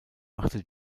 machte